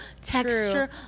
texture